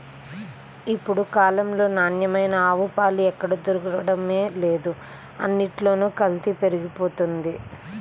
ఇప్పుడు కాలంలో నాణ్యమైన ఆవు పాలు ఎక్కడ దొరకడమే లేదు, అన్నిట్లోనూ కల్తీ పెరిగిపోతంది